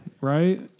Right